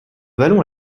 vallon